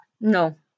No